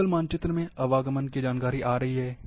Google मानचित्र में आवागमन की जानकारी आ रही है